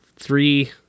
three